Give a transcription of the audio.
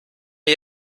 wir